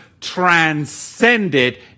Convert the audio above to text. transcended